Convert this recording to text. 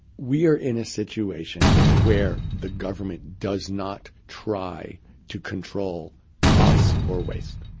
we are in a situation where the government does not try to control costs or waste.